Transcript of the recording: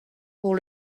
pour